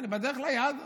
אני בדרך ליעד.